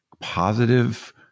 positive